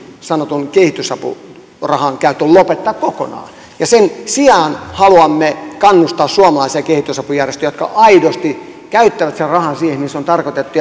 sanotun kehitysapurahan käytön lopettaa kokonaan ja sen sijaan haluamme kannustaa suomalaisia kehitysapujärjestöjä jotka aidosti käyttävät sen rahan siihen mihin se on tarkoitettu